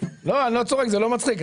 זה לא מצחיק.